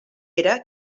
era